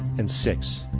and six.